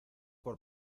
por